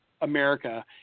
America